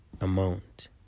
amount